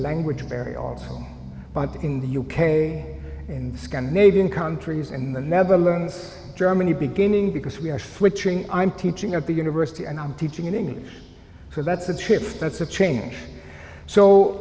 language barrier but in the u k in the scandinavian countries in the netherlands germany beginning because we are switching i'm teaching at the university and i'm teaching in english so that's a shift that's a change so